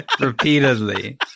repeatedly